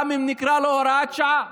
גם אם נקרא לו הוראת שעה.